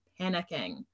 panicking